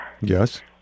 Yes